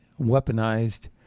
weaponized